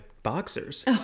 boxers